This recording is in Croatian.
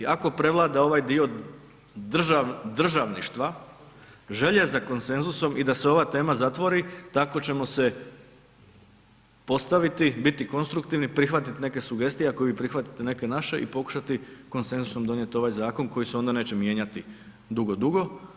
Ako prevlada ovaj dio državništva, želje za konsenzusom i da se ova tema zatvori, tako ćemo se postaviti, biti konstruktivni, prihvatiti neke sugestije ako vi prihvatite neke naše i pokušati konsenzusom donijet ovaj zakon koji se onda neće mijenjati dugo, dugo.